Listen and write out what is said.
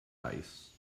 ice